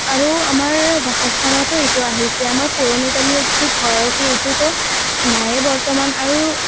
আৰু আমাৰ বাসস্থানতো এইটো আহিছে আমাৰ পুৰণিকালীয়া যিটো ঘৰ কি এইটোতো নায়েই বৰ্তমান আৰু